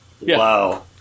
Wow